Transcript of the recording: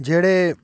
जेह्ड़े